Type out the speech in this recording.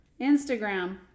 Instagram